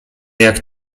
jak